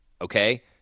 Okay